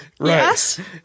yes